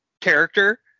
character